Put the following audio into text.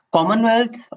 Commonwealth